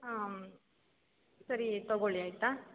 ಹಾಂ ಸರಿ ತಗೋಳ್ಳಿ ಆಯಿತಾ